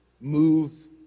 move